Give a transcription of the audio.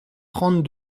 trente